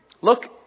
Look